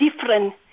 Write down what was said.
different